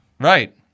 Right